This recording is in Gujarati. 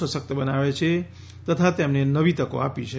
સશક્ત બનાવ્યા છે તથા તેમને નવી તકો આપી છે